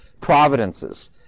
providences